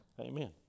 amen